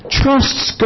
trusts